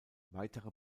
weitere